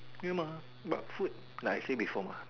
you mah but food like I say before mah